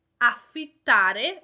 Affittare